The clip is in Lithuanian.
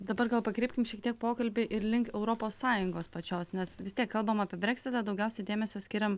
dabar gal pakreipkim šiek tiek pokalbį ir link europos sąjungos pačios nes vis tiek kalbam apie breksitą daugiausiai dėmesio skiriam